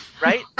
right